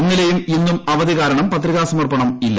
ഇന്നലെയും ഇന്നും അവധി കാരണം പത്രിക സമർപ്പണം ഇല്ല